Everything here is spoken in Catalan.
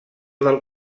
del